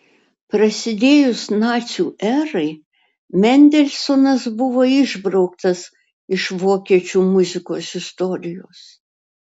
prasidėjus nacių erai mendelsonas buvo išbrauktas iš vokiečių muzikos istorijos